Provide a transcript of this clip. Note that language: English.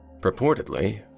Purportedly